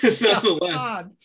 nonetheless